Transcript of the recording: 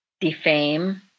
defame